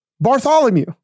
Bartholomew